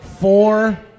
Four